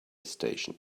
station